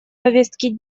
повестки